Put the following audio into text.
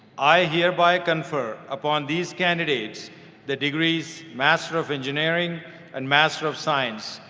i hereby confer upon these candidates the degrees master of engineering and master of science.